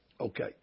Okay